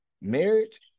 marriage